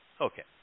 Okay